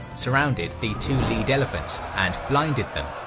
surrounded the two lead elephants and blinded them,